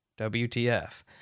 WTF